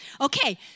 Okay